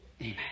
Amen